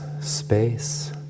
space